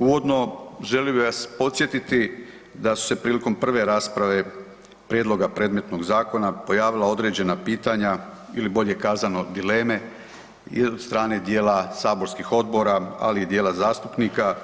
Uvodno želio bih vas podsjetiti da su se prilikom prve rasprave prijedloga predmetnog zakona pojavila određena pitanja ili bolje kazano dileme i od strane dijela saborskih odbora, ali i dijela zastupnika